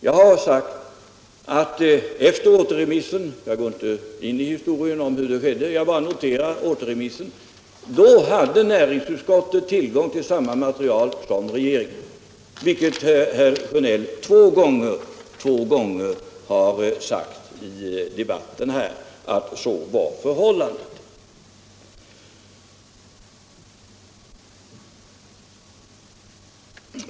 Jag har sagt att efter återremissen — jag går inte in i historien om hur återremissen skedde, jag bara noterar den — hade näringsutskottet tillgång till samma material som regeringen. Och herr Sjönell har två gånger i debatten här sagt att så var förhållandet.